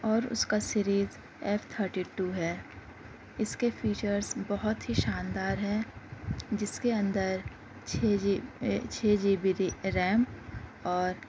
اور اس کا سیریز ایف تھرٹی ٹو ہے اس کے فیچرس بہت ہی شاندار ہے جس کے اندر چھ جی چھ جی بی ریم اور